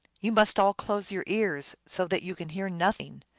you must all close your ears, so that you can hear nothing.